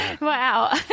Wow